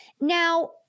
Now